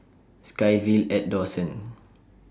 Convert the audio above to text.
SkyVille At Dawson